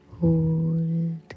hold